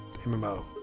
MMO